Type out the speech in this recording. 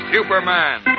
Superman